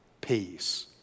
peace